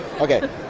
Okay